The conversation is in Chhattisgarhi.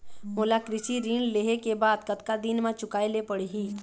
मोला कृषि ऋण लेहे के बाद कतका दिन मा चुकाए ले पड़ही?